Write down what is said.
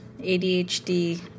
ADHD